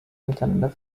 miteinander